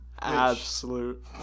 Absolute